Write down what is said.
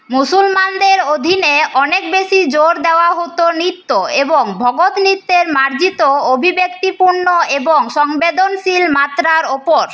মুসলমানদের অধীনে অনেক বেশি জোর দেওয়া হতো নৃত্য এবং নৃত্যের মার্জিত অভিব্যক্তিপূর্ণ এবং সংবেদনশীল মাত্রার উপর